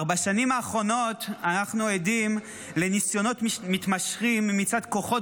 אך בשנים האחרונות אנחנו עדים לניסיונות מתמשכים מצד כוחות